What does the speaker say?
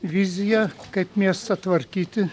viziją kaip miestą tvarkyti